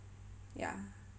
ya